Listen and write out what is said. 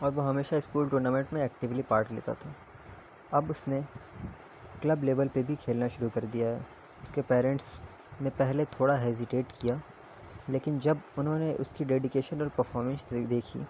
اور وہ ہمیشہ اسکول ٹورنامنٹ میں ایکٹیولی پارٹ لیتا تھا اب اس نے کلب لیول پہ بھی کھیلنا شروع کر دیا ہے اس کے پیرنٹس نے پہلے تھوڑا ہیزیٹیٹ کیا لیکن جب انہوں نے اس کی ڈیڈیکیشن اور پرفارمنس دیکھی